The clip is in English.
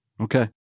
Okay